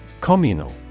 Communal